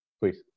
please